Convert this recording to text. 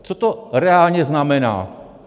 Co to reálně znamená?